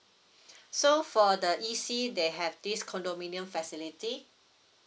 so for the E_C they have this condominium facility